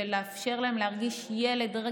ומאפשרים להם להרגיש ילדים